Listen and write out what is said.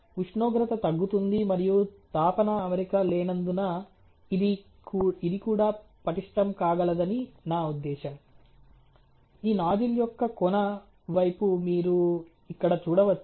ఉష్ణోగ్రత తగ్గుతుంది మరియు తాపన అమరిక లేనందున ఇది కూడా పటిష్టం కాగలదని నా ఉద్దేశ్యం ఈ నాజిల్ యొక్క కొన వైపు మీరు ఇక్కడ చూడవచ్చు